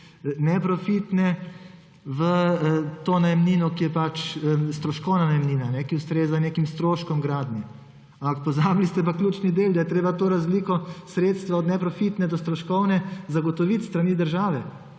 neprofitne v najemnino, ki je stroškovna najemnina, ki ustreza stroškom gradnje. Ampak pozabili ste na ključni del – da je treba to razliko sredstev od neprofitne do stroškovne zagotoviti s strani države.